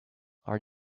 are